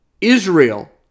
Israel